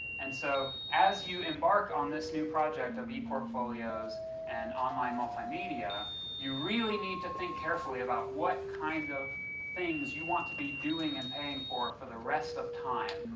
and so as you embark on this new project of eportfolios and online multimedia you really need to think carefully about what kind of things you want to be doing and paying for for the rest of time,